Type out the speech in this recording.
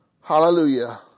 Hallelujah